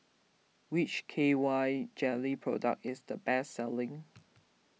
which K Y jelly product is the best selling